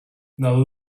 now